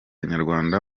nyarwanda